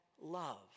love